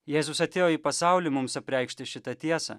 jėzus atėjo į pasaulį mums apreikšti šitą tiesą